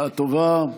(חותם על ההצהרה) בשעה טובה.